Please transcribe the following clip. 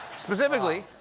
specifically,